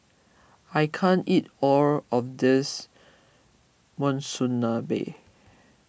I can't eat all of this Monsunabe